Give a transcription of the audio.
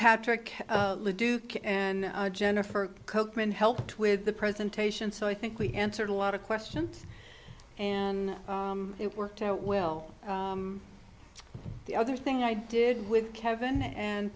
patrick duke and jennifer copeman helped with the presentation so i think we answered a lot of questions and it worked out well the other thing i did with kevin and